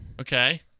Okay